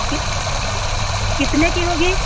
कि कितने की होगी